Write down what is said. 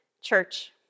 Church